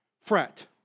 Fret